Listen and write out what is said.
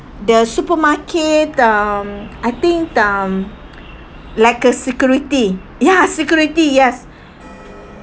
the supermarket um I think um like a security ya security yes